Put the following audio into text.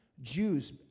Jews